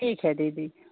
ठीक है दीदी